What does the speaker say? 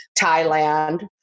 Thailand